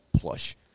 plush